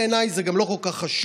בעיניי זה גם לא כל כך חשוב,